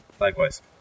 Likewise